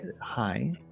hi